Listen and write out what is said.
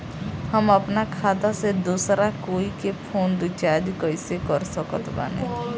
हम अपना खाता से दोसरा कोई के फोन रीचार्ज कइसे कर सकत बानी?